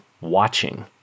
watching